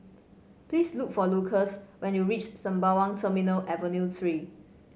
please look for Lucas when you reach Sembawang Terminal Avenue Three